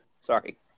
sorry